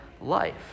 life